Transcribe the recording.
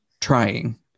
Trying